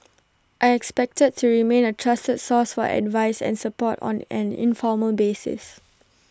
I expect to remain A trusted source for advice and support on an informal basis